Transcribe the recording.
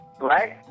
right